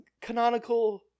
canonical